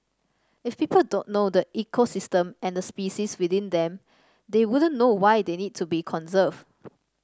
if people don't know the ecosystem and the species within them they wouldn't know why they need to be conserved